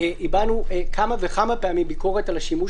הבענו כמה וכמה פעמים ביקורת על השימוש